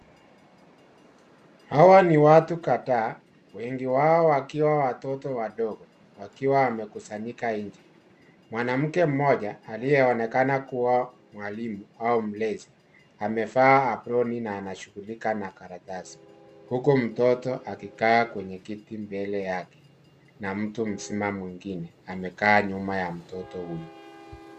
Hawa ni watu kadhaa wengi wao wakiwa watoto wadogo wakiwa wamekusanyika nje. Mwanamke mmoja aliyeonekana kuwa mwalimu au mlezi amevaa aproni na anashughulika na karatasi uku mtoto akikaa kwenye kiti mbele yake na mtu mzima mwingine amekaa nyuma ya mtoto huyu.